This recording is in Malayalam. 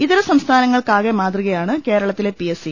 ഇതരസംസ്ഥാനങ്ങൾക്കാകെ മാതൃ കയാണ് കേരളത്തിലെ പി എസ് സി